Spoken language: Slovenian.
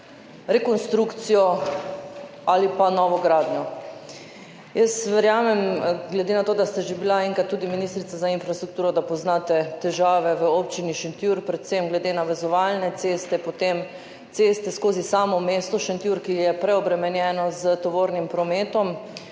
rekonstrukcijo ali pa novogradnjo. Jaz verjamem, glede na to, da ste že bili enkrat tudi ministrica za infrastrukturo, da poznate težave v občini Šentjur, predvsem glede navezovalne ceste, potem ceste skozi samo mesto Šentjur, ki je preobremenjeno s tovornim prometom,